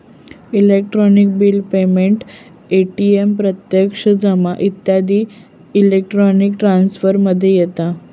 electronic bill payment, ATM प्रत्यक्ष जमा इत्यादी इलेक्ट्रॉनिक ट्रांसफर मध्ये येता